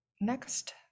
Next